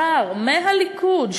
שר מהליכוד,